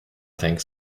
think